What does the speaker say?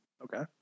Okay